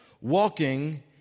walking